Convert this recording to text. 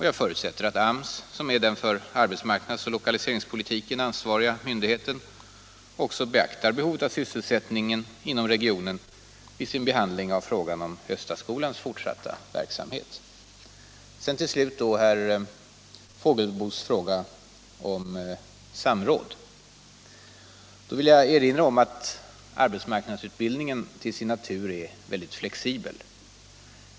Jag förutsätter att AMS, som är den för arbetsmarknadsoch lokaliseringspolitiken ansvariga myndigheten, även beaktar behovet av sysselsättning inom regionen vid sin behandling av frågan om Östaskolans fortsatta verksamhet. Så till slut herr Fågelsbos fråga om samråd. Jag vill erinra om att arbetsmarknadsutbildningen till sin natur är mycket flexibel.